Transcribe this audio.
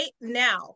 now